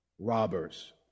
robbers